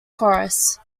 chorus